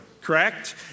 correct